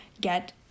get